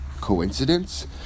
coincidence